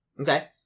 Okay